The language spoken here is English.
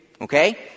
Okay